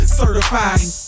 certified